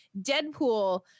Deadpool